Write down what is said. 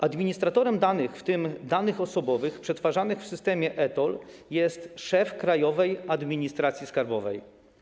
Administratorem danych, w tym danych osobowych, przetwarzanych w systemie e-TOLL jest szef Krajowej Administracji Skarbowej.